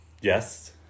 Yes